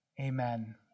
Amen